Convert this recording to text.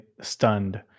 stunned